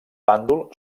bàndol